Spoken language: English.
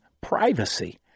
privacy